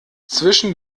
zwischen